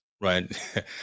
right